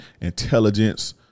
intelligence